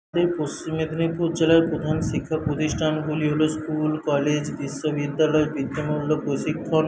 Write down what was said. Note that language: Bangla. আমি পশ্চিম মেদিনীপুর জেলার প্রধান শিক্ষা প্রতিষ্ঠানগুলি হল স্কুল কলেজ বিশ্ববিদ্যালয় প্রশিক্ষণ